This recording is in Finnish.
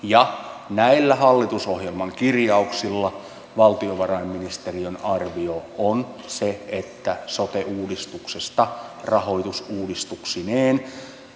näillä hallitusohjelman kirjauksilla valtiovarainministeriön arvio on se että sote uudistuksesta rahoitusuudistuksineen